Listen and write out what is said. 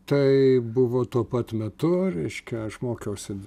tai buvo tuo pat metu reiškia aš mokiausi